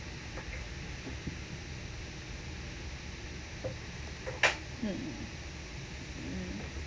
mm